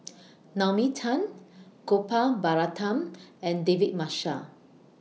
Naomi Tan Gopal Baratham and David Marshall